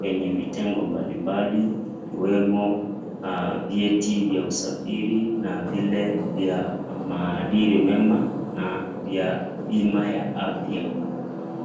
wenye vitengo mbali mbali iwemo vyeti vya usafiri na vile vya maadiri mema na vya bima ya afya.